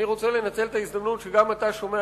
אני רוצה לנצל את ההזדמנות שגם אתה שומע